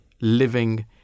living